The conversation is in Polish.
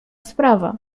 sprawa